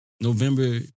November